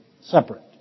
separate